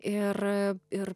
ir ir